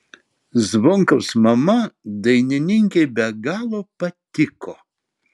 zvonkaus mama dainininkei be galo patiko